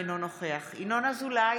אינו נוכח ינון אזולאי,